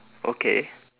okay